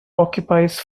occupies